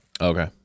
Okay